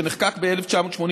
שנחקק ב-1989,